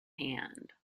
hand